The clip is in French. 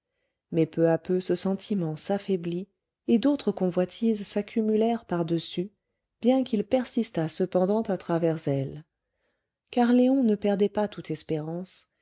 mais peu à peu ce sentiment s'affaiblit et d'autres convoitises s'accumulèrent par-dessus bien qu'il persistât cependant à travers elles car léon ne perdait pas toute espérance